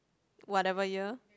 whatever year